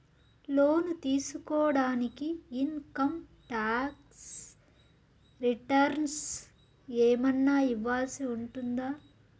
లోను తీసుకోడానికి income tax returns ఏమన్నా ఇవ్వాల్సి ఉంటుందా